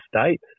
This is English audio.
state